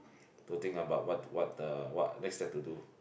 to think about what what the what next step to do